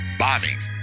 Bombings